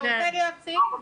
אתה רוצה להיות סין?